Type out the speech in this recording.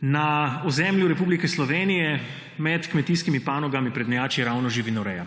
Na ozemlju Republike Slovenije med kmetijskimi panogami prednjači ravno živinoreja,